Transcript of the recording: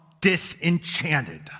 disenchanted